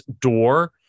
door